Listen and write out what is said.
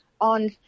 on